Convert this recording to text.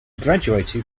graduated